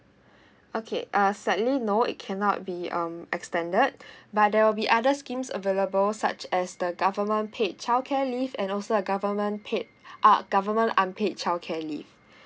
okay uh sadly no it cannot be um extended but there will be other schemes available such as the government paid childcare leave and also the government paid uh government unpaid childcare leave